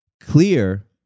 clear